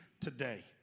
today